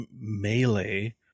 melee